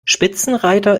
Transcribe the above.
spitzenreiter